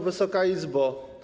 Wysoka Izbo!